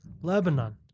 Lebanon